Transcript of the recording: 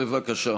בבקשה.